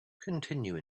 continue